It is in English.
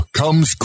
comes